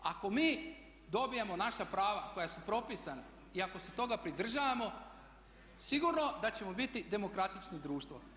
Ako mi dobijemo naša prava koja su propisana i ako se toga pridržavamo sigurno da ćemo biti demokratično društvo.